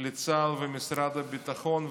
לצה"ל ולמשרד הביטחון,